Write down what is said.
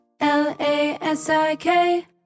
L-A-S-I-K